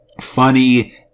funny